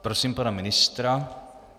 Prosím pana ministra.